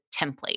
template